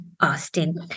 Austin